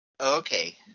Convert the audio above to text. Okay